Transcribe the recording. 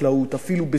אפילו בסיעוד,